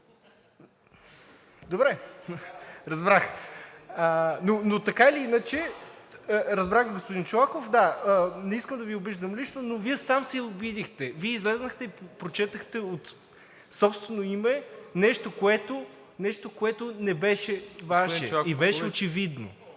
Добре, разбрах. Така или иначе разбрах, господин Чолаков, да, не искам да Ви обиждам лично, но Вие сам се обидихте. Вие излязохте и прочетохте от собствено име нещо, което не беше Ваше и беше очевидно.